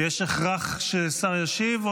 יש הכרח ששר ישיב?